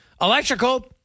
Electrical